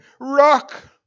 rock